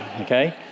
okay